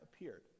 appeared